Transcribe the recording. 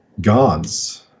gods